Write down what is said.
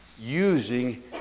using